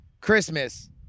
Christmas